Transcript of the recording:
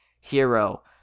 hero